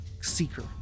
Seeker